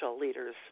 leaders